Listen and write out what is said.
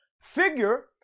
figure